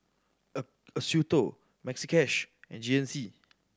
a Acuto Maxi Cash and G N C